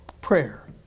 Prayer